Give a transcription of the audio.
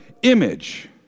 image